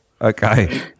Okay